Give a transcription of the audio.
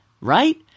right